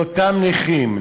לאותם נכים,